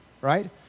right